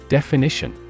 Definition